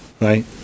right